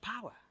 power